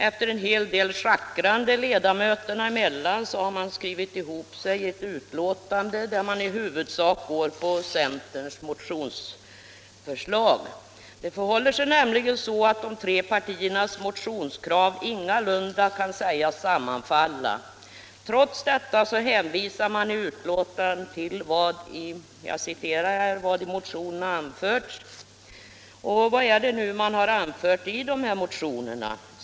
Efter en hel del schackrande leda = Jämställdhetsfrågor möterna emellan har man skrivit ihop sig i ett betänkande, där man = m.m. i huvudsak går på centerns motionsförslag. Det förhåller sig nämligen så att de tre partiernas motionskrav ingalunda kan sägas sammanfalla. Trots detta hänvisar man i betänkandet till ”vad i motionerna anförts”. Vad är det då man anfört i dessa motioner?